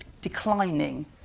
declining